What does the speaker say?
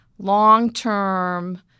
long-term